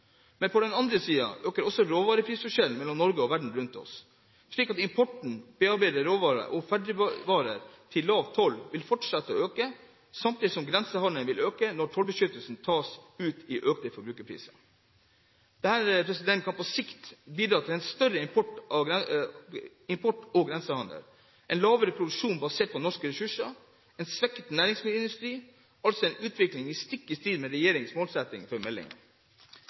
men på den annen side øker også råvareprisforskjellen mellom Norge og verden rundt oss, slik at importen av bearbeidede råvarer og ferdigvarer til lav toll vil fortsette å øke, samtidig som grensehandelen vil øke når tollbeskyttelsen tas ut i økte forbrukerpriser. Dette kan på sikt bidra til en større import og grensehandel, en lavere produksjon basert på norske ressurser og en svekket næringsmiddelindustri – altså en utvikling stikk i strid med regjeringens målsettinger i meldingen.